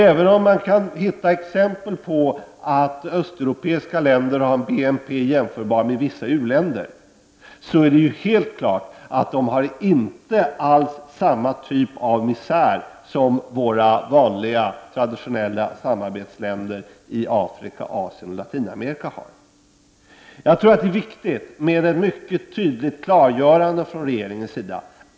Även om man kan hitta exempel på att östeuropeiska länder har en BNP jämförbar med vissa u-länders, är det helt klart att de inte alls har samma typ av misär som våra vanliga, traditionella samarbetsländer i Afrika, Asien och Latinamerika har. Det är enligt min mening viktigt med ett mycket tydligt klargörande från regeringen.